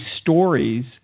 stories